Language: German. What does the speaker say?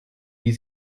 wie